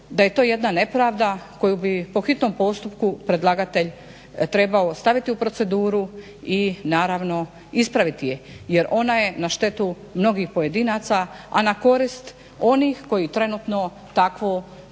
da je to jedna nepravda koja bi po hitnom postupku predlagatelj trebao staviti u proceduru i naravno ispraviti je jer ona je na štetu mnogih pojedinaca, a na korist onih koji trenutno takav